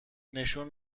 نشون